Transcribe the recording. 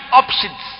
options